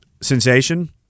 sensation